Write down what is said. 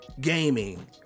Gaming